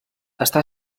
està